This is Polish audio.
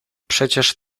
przecież